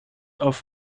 auf